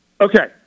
Okay